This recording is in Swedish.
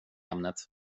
ämnet